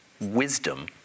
wisdom